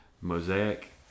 Mosaic